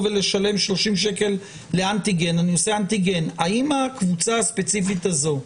האם הקבוצה הספציפית הזו,